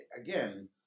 again